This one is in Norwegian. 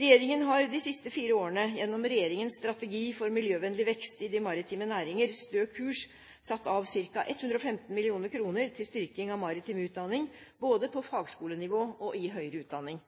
Regjeringen har de siste fire årene gjennom regjeringens strategi for miljøvennlig vekst i de maritime næringer, Stø kurs, satt av ca. 115 mill. kr til styrking av maritim utdanning – både på fagskolenivå og i høyre utdanning.